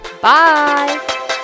Bye